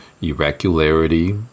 irregularity